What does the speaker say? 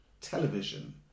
television